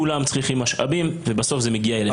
כולם צריכים משאבים ובסוף זה מגיע אליכם.